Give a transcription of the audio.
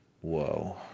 whoa